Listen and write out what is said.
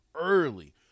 early